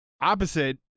opposite